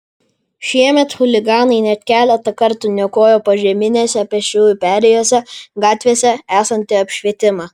šiemet chuliganai net keletą kartų niokojo požeminėse pėsčiųjų perėjose gatvėse esantį apšvietimą